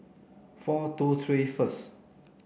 four two three first